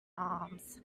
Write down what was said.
arms